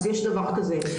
אז יש דבר כזה.